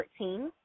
14